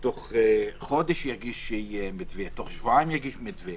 שתוך חודש או תוך שבועיים יגישו מתווה.